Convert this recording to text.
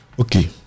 okay